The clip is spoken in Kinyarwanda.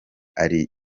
ari